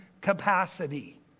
capacity